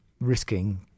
risking